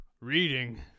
Reading